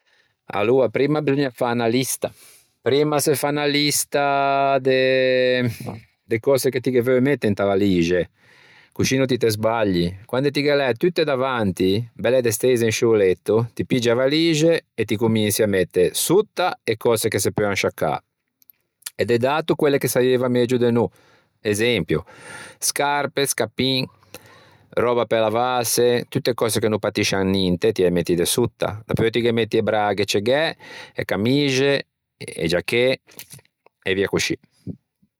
Aloa primma beseugna fâ unna lista. Primma se fa unna lista de de cöse che ti ghe veu mette inta valixe, coscì no ti te sbagli. Quande ti ghe l'æ tutte davanti belle desteise in sciô letto, ti piggi a valixe e ti comensi à mette sotta e cöse che se peuan sciaccâ e de d'ato quelle che saieiva megio de no. Esempio: scarpe, scappin, röba pe lavâse, tutte cöse che no patiscian ninte, ti ê metti de sotta, dapeu ti ghe metti e braghe cegæ, e camixe, i giachê e via coscì.